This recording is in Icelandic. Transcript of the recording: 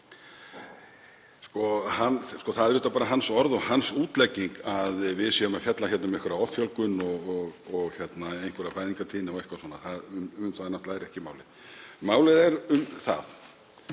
auðvitað bara hans orð og hans útlegging að við séum að fjalla hérna um einhverja offjölgun og einhverja fæðingartíðni og eitthvað svoleiðis. Það er náttúrlega ekki málið. Málið er um það